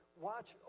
watch